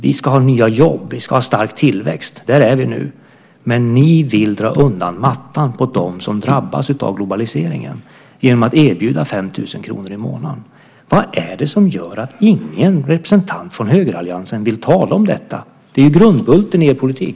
Vi ska ha nya jobb, vi ska ha stark tillväxt. Där är vi nu. Men ni vill dra undan mattan för dem som drabbas av globaliseringen genom att erbjuda 5 000 kr i månaden. Vad är det som gör att ingen representant från högeralliansen vill tala om detta? Det är ju grundbulten i er politik.